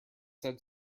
said